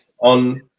on